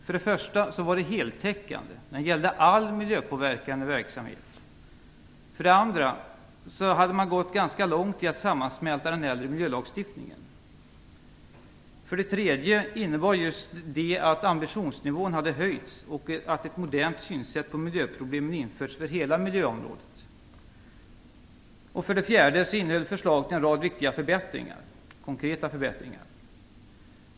För det första var det heltäckande, det gällde all miljöpåverkande verksamhet. För det andra hade man gått ganska långt när det gällde att sammansmälta den äldre miljölagstiftningen. För det tredje innebar just detta att ambitionsnivån hade höjts och att ett modernt synsätt på miljöproblemen hade införts för hela miljöområdet. För det fjärde innehöll förslaget en rad viktiga konkreta förbättringar.